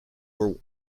were